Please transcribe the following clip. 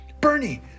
bernie